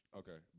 okay